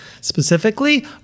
specifically